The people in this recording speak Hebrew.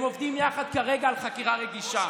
הם עובדים יחד כרגע על חקירה רגישה.